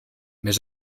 mais